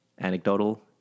anecdotal